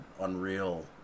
unreal